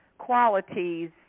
qualities